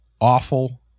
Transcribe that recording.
awful